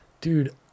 dude